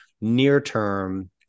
near-term